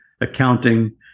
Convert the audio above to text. accounting